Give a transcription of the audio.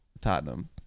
Tottenham